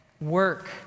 Work